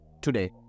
today